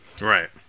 Right